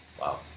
Wow